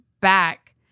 back